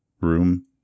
Room